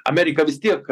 amerika vis tiek